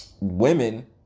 women